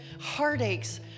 heartaches